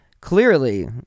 clearly